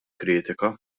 kritika